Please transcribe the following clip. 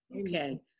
Okay